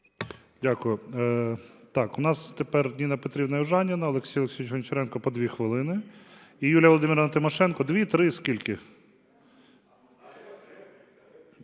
Дякую. Так, у нас тепер Ніна Петрівна Южаніна, Олексій Олексійович Гончаренко – по 2 хвилини. І, Юлія Володимирівна Тимошенко, 2, 3 – скільки?